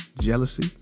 jealousy